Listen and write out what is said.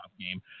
game